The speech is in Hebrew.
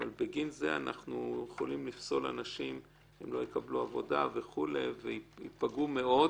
אבל בגין זה אנחנו יכולים לפסול אנשים שלא יקבלו עבודה וייפגעו מאוד,